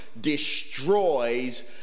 destroys